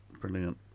Brilliant